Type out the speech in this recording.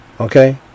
Okay